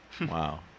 Wow